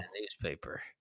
newspaper